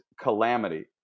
calamity